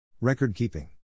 Record-keeping